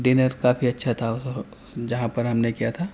dinner کافی اچھا تھا جہاں پر ہم نے کیا تھا